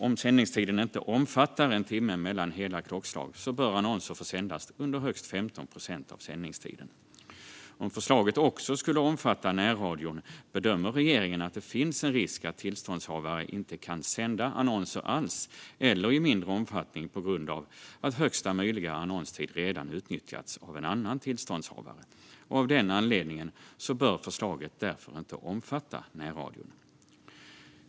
Om sändningstiden inte omfattar en timme mellan hela klockslag bör annonser få sändas under högst 15 procent av sändningstiden. Om förslaget också skulle omfatta närradion bedömer regeringen att det finns en risk att tillståndshavare inte kan sända annonser alls eller i mindre omfattning på grund av att högsta möjliga annonstid redan utnyttjats av en annan tillståndshavare. Av den anledningen bör förslaget inte omfatta närradion.